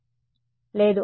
విద్యార్థి మనం చేయాలి